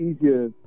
easier